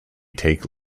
take